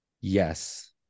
yes